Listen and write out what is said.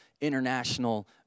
international